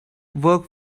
work